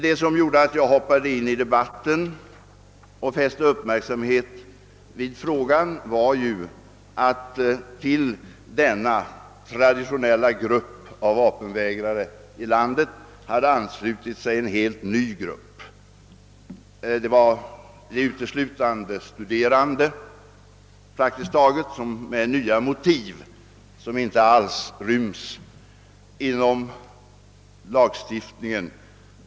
Det som gjorde att jag trädde fram i debatten och fäste uppmärksamheten vid frågan var att det till den traditionella gruppen av vapenvägrare hade anslutit sig en helt ny grupp, praktiskt taget uteslutande bestående av studerande, som för att slippa göra värnplikt anförde nya motiv, vilka inte ryms inom lagstiftningen.